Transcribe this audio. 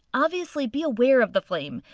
obviously be aware of the flame.